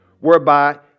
whereby